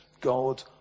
God